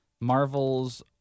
Marvel's